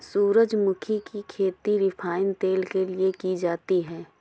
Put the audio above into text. सूरजमुखी की खेती रिफाइन तेल के लिए की जाती है